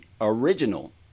original